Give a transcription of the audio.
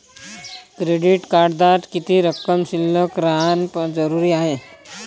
Credit कार्डात किती रक्कम शिल्लक राहानं जरुरी हाय?